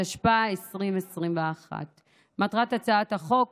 התשפ"א 2021. מטרת הצעת החוק